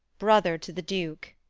brother to the duke.